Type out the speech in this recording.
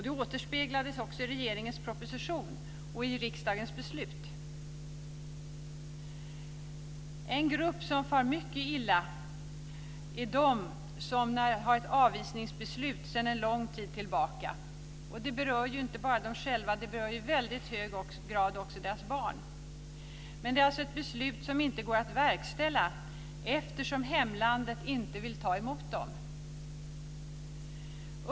Det återspeglades också i regeringens proposition och i riksdagens beslut. En grupp som far mycket illa är de som har ett avvisningsbeslut sedan en lång tid tillbaka - detta berör inte bara dem själva utan i väldigt hög grad också deras barn - som inte går att verkställa eftersom hemlandet inte vill ta emot dem.